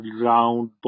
round